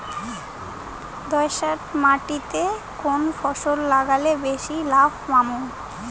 দোয়াস মাটিতে কুন ফসল লাগাইলে বেশি লাভ পামু?